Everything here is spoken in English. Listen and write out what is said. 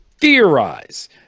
theorize